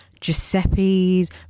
Giuseppe's